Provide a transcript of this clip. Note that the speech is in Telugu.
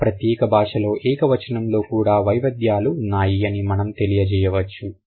ఒక ప్రత్యేక భాషలో ఏక వచనంలో కూడా వైవిధ్యాలు ఉన్నాయి అని మనం తెలియజేయవచ్చు